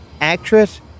actress